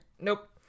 Nope